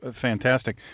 fantastic